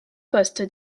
poste